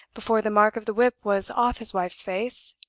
before the mark of the whip was off his wife's face,